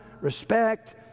respect